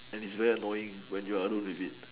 and is very annoying when you alone with it